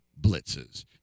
blitzes